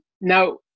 now